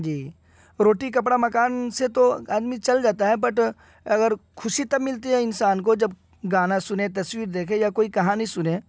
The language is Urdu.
جی روٹی کپڑا مکان سے تو آدمی چل جاتا ہے بٹ اگر خوشی تب ملتی ہے انسان کو جب گانا سنے تصویر دیکھے یا کوئی کہانی سنے